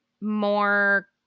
more